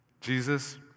Jesus